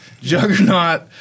Juggernaut